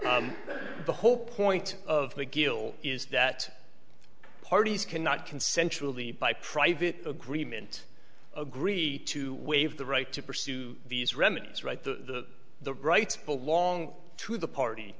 the whole point of mcgill is that parties can not consensually by private agreement agree to waive the right to pursue these remedies right the the rights belong to the party